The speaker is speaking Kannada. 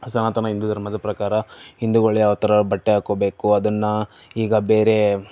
ಸನಾತನ ಹಿಂದೂ ಧರ್ಮದ ಪ್ರಕಾರ ಹಿಂದೂಗಳು ಯಾವ್ ಥರ ಬಟ್ಟೆ ಹಾಕ್ಕೋಬೇಕು ಅದನ್ನು ಈಗ ಬೇರೆ